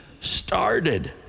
started